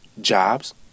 jobs